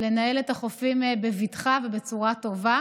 לנהל את החופים בבטחה ובצורה טובה.